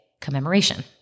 Commemoration